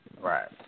Right